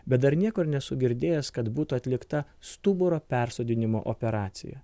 bet dar niekur nesu girdėjęs kad būtų atlikta stuburo persodinimo operacija